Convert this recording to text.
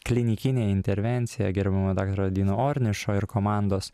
klinikinė intervencija gerbiamo daktaro odyno ornišo ir komandos